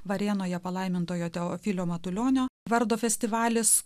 varėnoje palaimintojo teofilio matulionio vardo festivalis